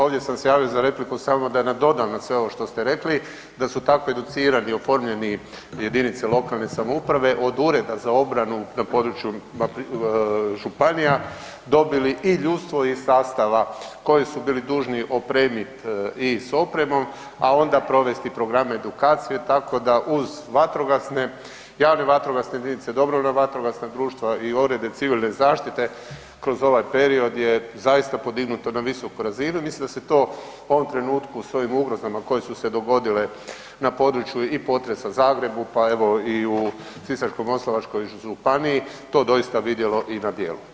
Ovdje sam se javio za repliku samo da nadodam na sve ovo što ste rekli da su tako educirani i oformljeni JLS-ovi od ureda za obranu na području županija dobili i ljudstvo iz sastava koji su bili dužni opremit i s opremom, a onda provesti programe edukacije, tako da uz vatrogasne, javne vatrogasne jedinice, DVD-a i urede civilne zaštite kroz ovaj period je zaista podignuto na visoku razinu i mislim da se to u ovom trenutku s ovim ugrozama koje su se dogodile na području i potresa u Zagrebu, pa evo i u Sisačko-moslavačkoj županiji to doista vidjelo i na djelu.